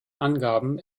angaben